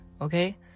okay